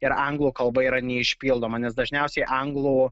ir anglų kalba yra neišpildoma nes dažniausiai anglų